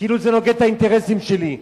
כאילו זה נוגד את האינטרסים שלי.